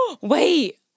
wait